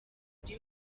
buri